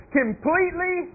completely